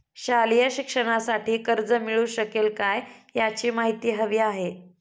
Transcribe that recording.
शालेय शिक्षणासाठी कर्ज मिळू शकेल काय? याची माहिती हवी आहे